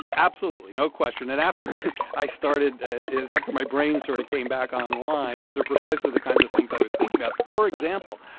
absolutely. no question. and after i started after my brain sort of came back online, those are precisely the kinds of things i was thinking about. for example,